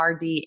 RD